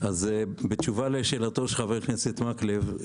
בתשובה לשאלת חבר הכנסת מקלב,